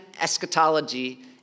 eschatology